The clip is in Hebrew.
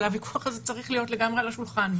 אבל הוויכוח הזה צריך להיות לגמרי על השולחן,